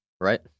Right